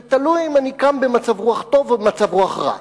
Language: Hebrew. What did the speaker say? זה תלוי אם אני קם במצב רוח טוב או במצב רוח רע.